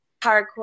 hardcore